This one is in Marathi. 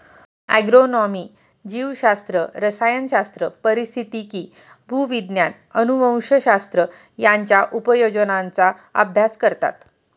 ॲग्रोनॉमी जीवशास्त्र, रसायनशास्त्र, पारिस्थितिकी, भूविज्ञान, अनुवंशशास्त्र यांच्या उपयोजनांचा अभ्यास करतात